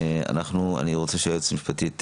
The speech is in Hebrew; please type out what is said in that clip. אני רוצה שהיועצת המשפטית,